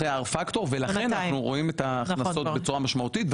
אחרי ה-R Factor ולכן אנחנו רואים את ההכנסות בצורה משמעותית,